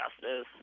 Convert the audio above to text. justice